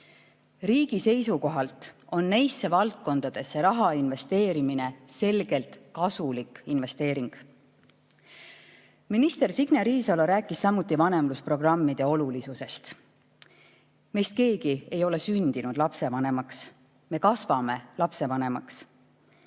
Riigi seisukohalt on neisse valdkondadesse raha investeerimine selgelt kasulik investeering. Minister Signe Riisalo rääkis samuti vanemlusprogrammide olulisusest. Meist keegi ei ole sündinud lapsevanemaks, me kasvame lapsevanemaks.